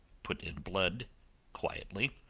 put in blood quietly.